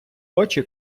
очі